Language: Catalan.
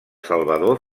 salvador